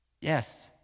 Yes